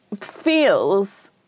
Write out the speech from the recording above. feels